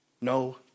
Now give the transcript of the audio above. No